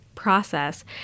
Process